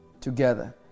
together